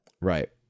Right